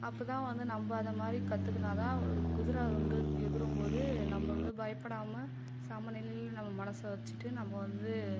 அப்போதான் வந்து நம்ம அதை மாதிரி கற்றுகினாதான் குதிரை வந்து எகுறும் போது நம்ம வந்து பயப்படாமல் சம நிலையில் நம்ம மனசை வச்சுட்டு நம்ப வந்து